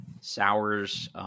sours